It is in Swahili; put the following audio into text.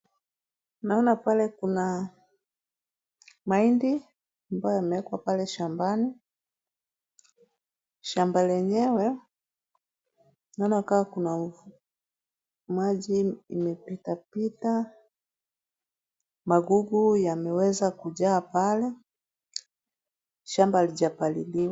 Naona pale kuna mahindi ambayo yamewekwa pale shambani. Shamba lenyewe naona kama kuna maji imepita pita. Magugu yameweza kujaa pale. Shamba halijapaliliwa.